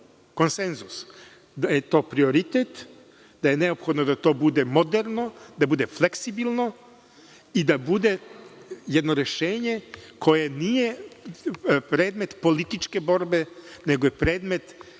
konsenzus da je to prioritet, da je neophodno da to bude moderno, da bude fleksibilno i da bude jedno rešenje koje nije predmet političke borbe, nego je predmet razumnog